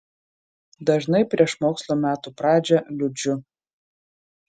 dažnai prieš mokslo metų pradžią liūdžiu